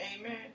Amen